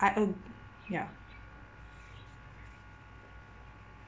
I ag~ ya